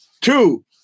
two